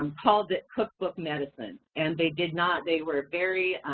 um called it cookbook medicine. and they did not, they were very